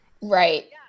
Right